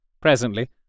presently